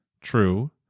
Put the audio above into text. true